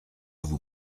vous